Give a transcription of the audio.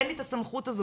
אין לי את הסמכות הזו,